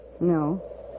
No